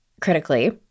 critically